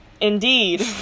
indeed